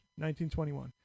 1921